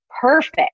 perfect